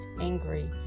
angry